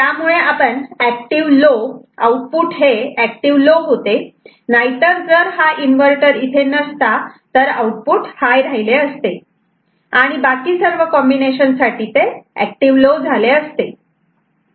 त्यामुळे output active low होते नाहीतर जर हा इन्व्हर्टर इथे नसता तर आउटपुट हाय राहिले असते आणि बाकी सर्व कॉम्बिनेशन साठी ते ऍक्टिव्ह लो झाले असते